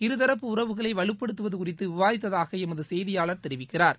இருதரப்பு உறவுகளை வலுப்படுத்துவது குறித்து விவாதித்ததாக எமது செய்தியாளர் தெரிவிக்கிறாா்